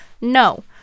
No